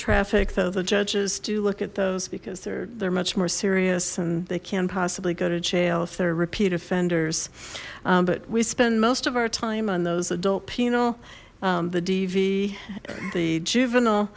traffic though the judges do look at those because they're they're much more serious and they can possibly go to jail if their repeat offenders but we spend most of our time on those adult penal the dv the juvenile